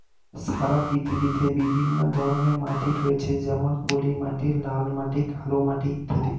সারা পৃথিবীতে বিভিন্ন ধরনের মাটি রয়েছে যেমন পলিমাটি, লাল মাটি, কালো মাটি ইত্যাদি